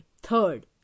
Third